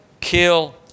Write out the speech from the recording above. kill